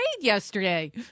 yesterday